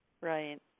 Right